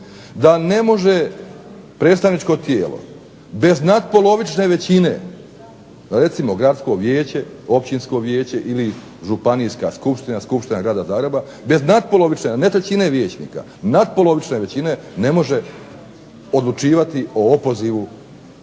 da ne može predstavničko tijelo bez natpolovične većine recimo gradsko vijeće, općinsko vijeće ili županijska skupština, Skupština Grada Zagreba, bez natpolovične, ne trećine vijećnika, natpolovične većine, ne može odlučivati o opozivu